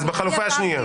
בחלופה השנייה.